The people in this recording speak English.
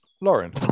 Lauren